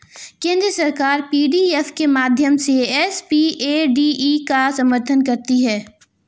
केंद्र सरकार पी.डी.एफ के माध्यम से एस.पी.ए.डी.ई का समर्थन करती है